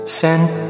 send